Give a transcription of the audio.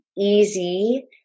easy